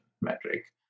metric